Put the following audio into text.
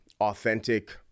authentic